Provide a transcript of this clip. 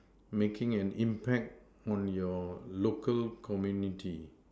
making an impact on your local community